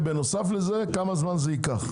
וכמה זמן זה ייקח?